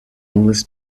endless